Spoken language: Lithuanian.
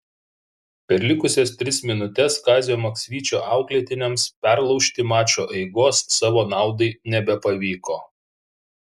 per likusias tris minutes kazio maksvyčio auklėtiniams perlaužti mačo eigos savo naudai nebepavyko